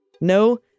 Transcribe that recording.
no